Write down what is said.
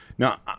Now